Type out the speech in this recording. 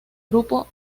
grupo